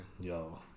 Yo